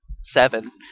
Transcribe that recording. seven